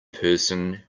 person